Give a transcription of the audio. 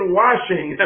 washing